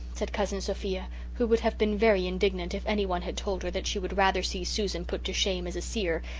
said cousin sophia, who would have been very indignant if anyone had told her that she would rather see susan put to shame as a seer,